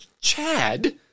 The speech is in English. Chad